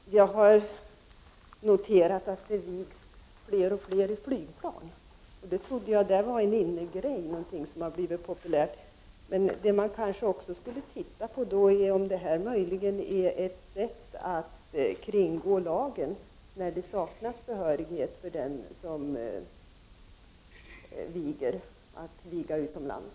Herr talman! Jag har noterat att det vigs fler och fler i flygplan. Det där trodde jag var en innegrej, någonting som har blivit populärt. Jag undrar: Kan detta möjligen vara ett sätt att kringgå lagen när den som utför vigseln saknar vigselrätt utomlands?